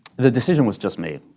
the decision was just made.